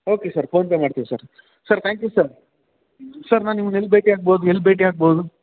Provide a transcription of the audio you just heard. okay sir PhonePe ಮಾಡ್ತೀವಿ sir sir thank you sir sir ನಾನು ನಿಮ್ಮನ್ನ ಎಲ್ಲಿ ಭೇಟಿಯಾಗ್ಬೋದು ಎಲ್ಲಿ ಭೇಟಿಯಾಗ್ಬೌದು